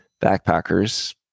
backpackers